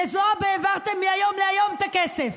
לזועבי העברתם מהיום להיום את הכסף.